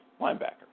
linebacker